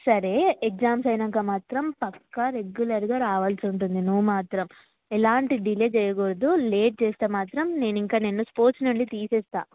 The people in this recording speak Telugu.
సరే ఎగ్జామ్స్ అయ్యాక మాత్రం పక్కా రెగ్యులర్గా రావాల్సి ఉంటుంది నువ్వు మాత్రం ఎలాంటి డిలే చేయకూడదు లేట్ చేస్తే మాత్రం నేను ఇంక నిన్ను స్పోర్ట్స్ నుండి తీసేస్తా